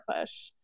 push